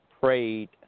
Prayed